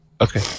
Okay